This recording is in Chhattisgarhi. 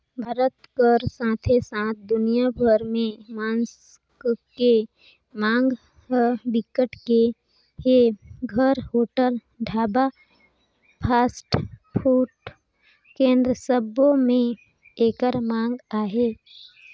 भारत कर साथे साथ दुनिया भर में मांस के मांग ह बिकट के हे, घर, होटल, ढाबा, फास्टफूड केन्द्र सबो में एकर मांग अहे